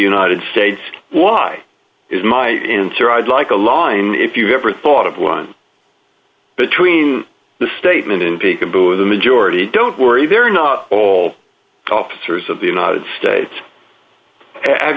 united states why is my answer i'd like a line if you ever thought of one between the statement and peekaboo the majority don't worry they're not all officers of the united states have